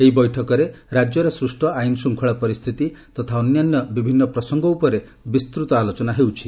ଏହି ବୈଠକରେ ରାଜ୍ୟରେ ସୃଷ ଆଇନ୍ଶୃଙ୍ଖଳା ପରିସ୍କିତି ତଥା ଅନ୍ୟାନ୍ୟ ବିଭିନ୍ନ ପ୍ରସଙ୍ଗ ଉପରେ ବିସ୍ତୃତ ଆଲୋଚନା ହେଉଛି